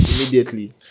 immediately